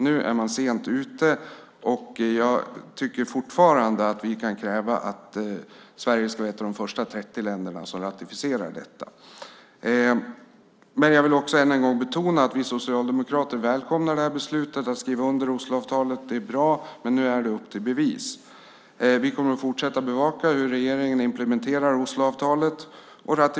Nu är man sent ute, men jag tycker fortfarande att vi kan kräva att Sverige ska vara ett av de första 30 länder som ratificerar avtalet. Jag vill än en gång betona att vi socialdemokrater välkomnar beslutet att skriva under Osloavtalet. Det är bra. Men nu är det upp till bevis. Vi kommer att fortsätta att bevaka hur regeringen implementerar Osloavtalet.